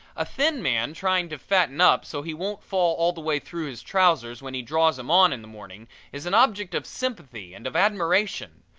a thin man trying to fatten up so he won't fall all the way through his trousers when he draws em on in the morning is an object of sympathy and of admiration,